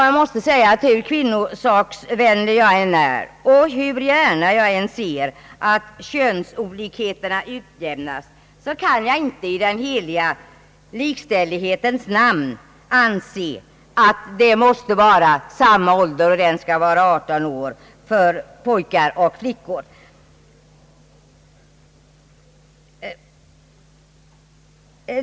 Jag måste framhålla att jag, hur kvinnosaksvänlig jag än är och hur gärna jag än ser att könsolikheterna utjämnas, i den heliga likställighetens namn inte kan anse att det måste vara samma ålder och att den skall vara 18 år för både pojkar och flickor.